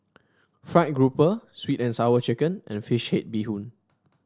fried grouper sweet and Sour Chicken and fish head Bee Hoon